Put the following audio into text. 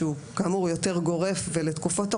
שהוא כאמור יותר גורף ולתקופות ארוכות,